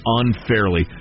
unfairly